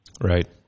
Right